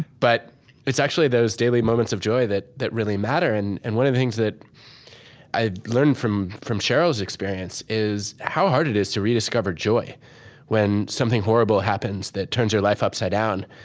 but it's actually those daily moments of joy that that really matter. and and one of the things that i learned from from sheryl's experience is how hard it is to rediscover joy when something horrible happens that turns your life upside down.